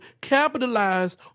capitalize